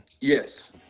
Yes